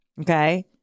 okay